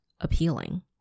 appealing